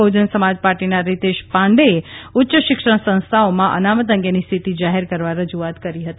બહુજન સમાજ પાર્ટીના રીતેશ પાંડેએ ઉચ્ચ શિક્ષણ સંસ્થાઓમાં અનામત અંગેની સ્થિતિ જાહેર કરવા રજૂઆત કરી હતી